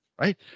Right